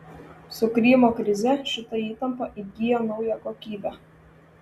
su krymo krize šita įtampa įgijo naują kokybę